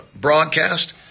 broadcast